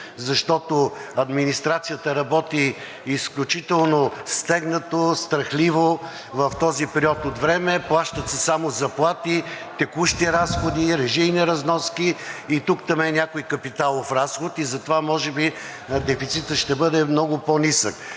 защото администрацията работи изключително стегнато, страхливо в този период от време. Плащат се само заплати, текущи разходи, режийни разноски и тук-там някой капиталов разход и затова може би дефицитът ще бъде много по-нисък.